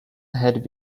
had